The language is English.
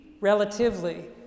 relatively